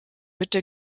hütte